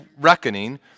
reckoning